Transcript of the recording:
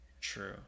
True